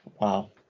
wow